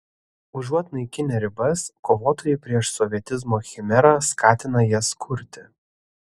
užuot naikinę ribas kovotojai prieš sovietizmo chimerą skatina jas kurti